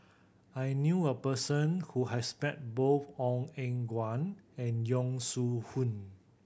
i knew a person who has bet both Ong Eng Guan and Yong Shu Hoong